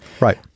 Right